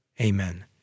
Amen